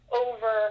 over